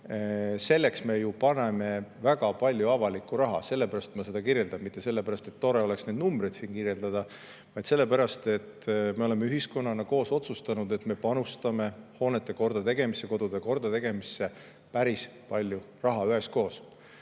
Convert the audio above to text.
lõigata, me ju paneme väga palju avalikku raha. Sellepärast ma seda kirjeldan. Mitte sellepärast, et tore on neid numbreid siin kirjeldada, vaid sellepärast, et me oleme ühiskonnana koos otsustanud, et me panustame hoonete kordategemisse, kodude kordategemisse päris palju raha üheskoos.